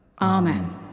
Amen